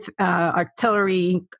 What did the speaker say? artillery